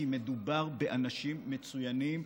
כי מדובר באנשים מצוינים.